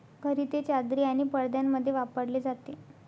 घरी ते चादरी आणि पडद्यांमध्ये वापरले जाते